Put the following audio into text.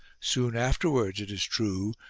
soon afterwards, it is true,